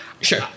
sure